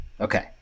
Okay